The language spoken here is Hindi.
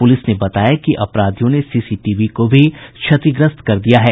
पुलिस ने बताया कि अपराधियों ने सीसीटीवी को भी क्षतिग्रस्त कर दिया है